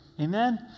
amen